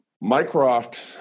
Mycroft